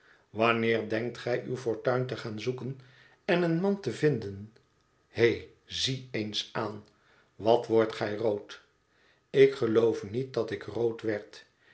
wanneer denkt gij uw fortuin te gaan zoeken en een man te vinden he zie eens aan wat wordt gij rood ik geloof niet dat ik rood werd